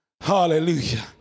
Hallelujah